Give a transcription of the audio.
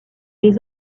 les